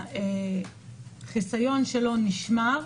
שהחיסיון שלו נשמר.